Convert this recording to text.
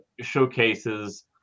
showcases